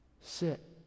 Sit